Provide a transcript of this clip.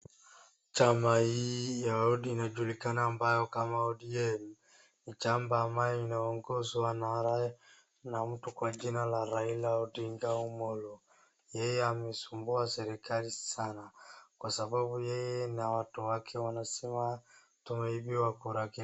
Chama hii ya hodi inajulikana ambayo kama ODM ni chama ambayo inaongoza wanahare na mtu kwa jina la Raila Odinga Omollo. Yeye amesumbua serikali sana kwa sababu yeye na watu wake wanasema tumeibiwa kura.